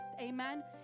Amen